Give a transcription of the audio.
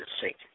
sink